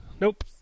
Nope